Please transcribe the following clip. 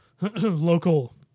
local